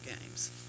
games